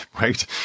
right